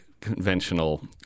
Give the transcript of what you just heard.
conventional